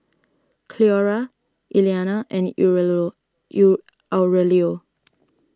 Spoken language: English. Cleora Elianna and Aurelio